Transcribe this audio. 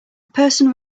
person